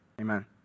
Amen